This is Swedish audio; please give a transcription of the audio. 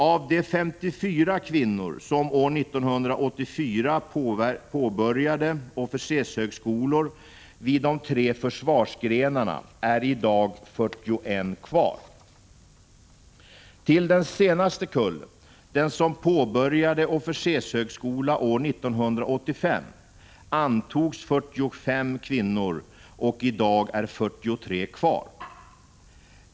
Av de 54 kvinnor som år 1984 påbörjade officershögskolor vid de tre försvarsgrenarna är i dag 41 kvar. Till den senaste kullen, den som påbörjade officershögskola år 1985, antogs 45 kvinnor, och i dag är 43 kvar.